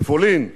בפולין,